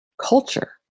culture